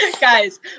Guys